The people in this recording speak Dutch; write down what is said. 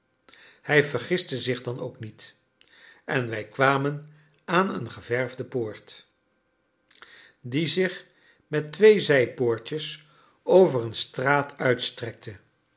hij vergiste zich dan ook niet en wij kwamen aan een geverfde poort die zich met twee zijpoortjes over een straat uitstrekte